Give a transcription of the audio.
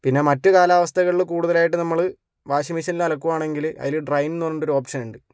പിന്നെ മറ്റ് കാലാവസ്ഥകളിൽ കൂടുതലായിട്ട് നമ്മൾ വാഷിംഗ് മഷീനിൽ അലക്കുകയാണെങ്കിൽ അതിൽ ഡ്രെയിൻ എന്നു പറഞ്ഞിട്ടൊരു ഓപ്ഷന് ഉണ്ട്